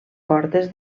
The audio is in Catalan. portes